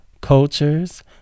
cultures